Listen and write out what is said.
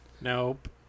Nope